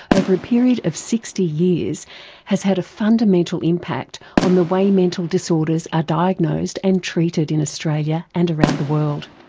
over a period of sixty years has had a fundamental impact on the way mental disorders are diagnosed and treated in australia, and around the world.